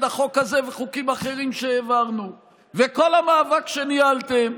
החוק הזה וחוקים אחרים שהעברנו וכל המאבק שניהלתם,